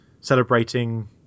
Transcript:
celebrating